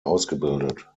ausgebildet